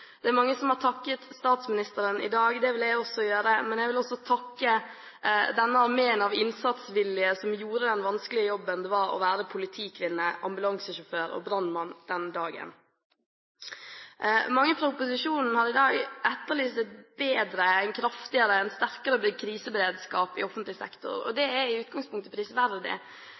Det er mange som har takket statsministeren i dag. Det vil jeg også gjøre, men jeg vil også takke den armeen av innsatsvillige som gjorde den vanskelige jobben det var å være politikvinne, ambulansesjåfør og brannmann den dagen. Mange fra opposisjonen har i dag etterlyst en bedre, kraftigere og sterkere kriseberedskap i offentlig sektor. Det er i utgangspunktet prisverdig.